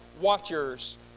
watchers